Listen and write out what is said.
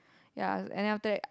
ya and then after that